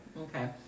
Okay